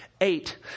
Eight